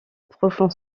profond